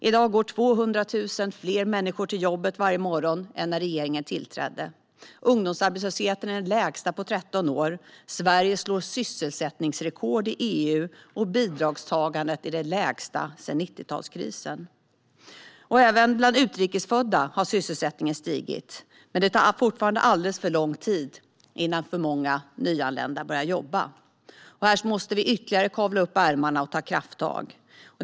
I dag går 200 000 fler människor till jobbet varje morgon än när regeringen tillträdde. Ungdomsarbetslösheten är den lägsta på 13 år. Sverige slår sysselsättningsrekord i EU, och bidragstagandet är det lägsta sedan 90-talskrisen. Även bland utrikesfödda har sysselsättningen stigit, men det tar fortfarande alldeles för lång tid innan många nyanlända börjar jobba. Här måste vi ytterligare kavla upp ärmarna och ta krafttag.